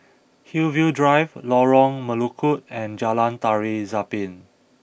Hillview Drive Lorong Melukut and Jalan Tari Zapin